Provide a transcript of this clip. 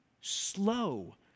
slow